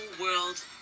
world